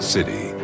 City